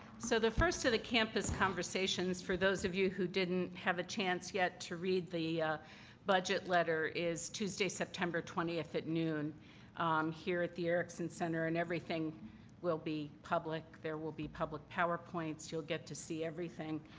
so the first of the campus conversations for those of you who didn't have a chance yet to read the budget letter is tuesday, september twentieth at noon here at the erickson center and everything will be public. there will be public power points. you'll get to see everything.